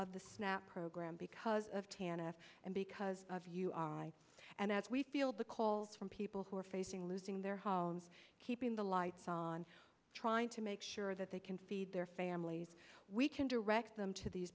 of the snap program because of hanna and because of you are and as we feel the calls from people who are facing losing their homes keeping the lights on trying to make sure that they can feed their families we can direct them to these